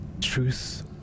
Truth